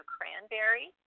Cranberry